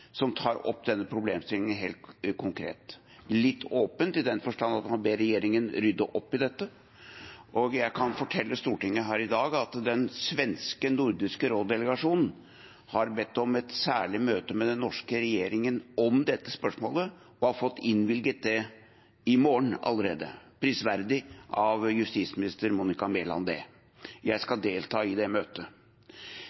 som tar opp denne problemstillingen helt konkret – litt åpent, i den forstand at man ber regjeringen rydde opp i dette. Jeg kan fortelle Stortinget her i dag at den svenske Nordisk råd-delegasjonen har bedt om et særlig møte med den norske regjeringen om dette spørsmålet, og har fått innvilget det i morgen allerede. Det er prisverdig av justisminister Monica Mæland. Jeg skal